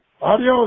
adios